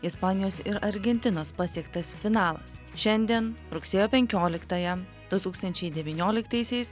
ispanijos ir argentinos pasiektas finalas šiandien rugsėjo penkioliktąją du tūkstančiai devynioliktaisiais